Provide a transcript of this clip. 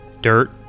Dirt